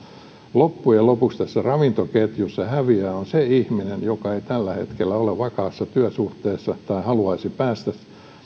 loppujen lopuksi tässä ravintoketjussa häviäjä on se ihminen joka ei tällä hetkellä ole vakaassa työsuhteessa tai haluaisi päästä